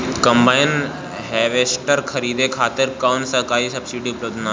Combine harvester खरीदे खातिर कउनो सरकारी सब्सीडी उपलब्ध नइखे?